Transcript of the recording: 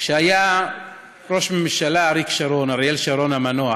כשאריק שרון המנוח